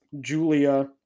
Julia